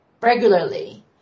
regularly